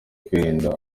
kwirinda